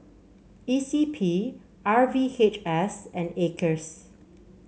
E C P R V H S and Acres